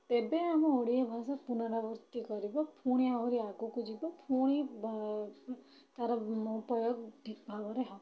ତେବେ ଆମ ଓଡ଼ିଆ ଭାଷା ପୁନରାବୃତ୍ତି କରିବ ପୁଣି ଆହୁରି ଅଗକୁ ଯିବ ପୁଣି ତା'ର ପ୍ରୟୋଗ ଠିକ୍ ଭାବରେ ହେବ